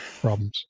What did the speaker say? problems